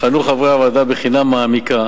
בחנו חברי הוועדה בחינה מעמיקה